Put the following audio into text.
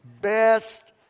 best